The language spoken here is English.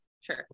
Sure